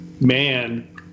man